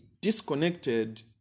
disconnected